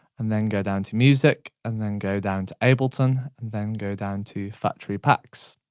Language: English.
and then go down to music, and then go down to ableton, and then go down to factory packs.